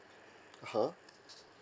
(uh huh)